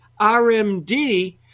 RMD